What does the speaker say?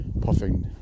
puffing